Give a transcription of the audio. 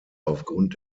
aufgrund